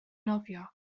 nofio